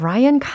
Ryan